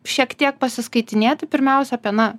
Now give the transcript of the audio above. šiek tiek pasiskaitinėti pirmiausia apie na